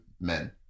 men